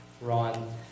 Ron